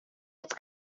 its